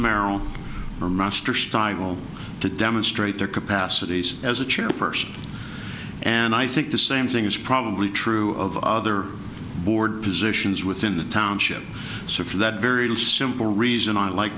merrill or master style to demonstrate their capacities as a chairperson and i think the same thing is probably true of other board positions within the township so for that very simple reason i like